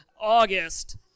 August